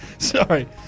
Sorry